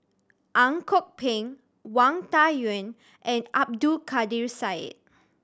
Ang Kok Peng Wang Dayuan and Abdul Kadir Syed